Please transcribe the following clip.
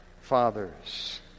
fathers